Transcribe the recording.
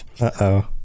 Uh-oh